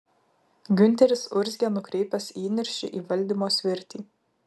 giunteris urzgė nukreipęs įniršį į valdymo svirtį